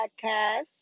Podcast